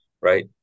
right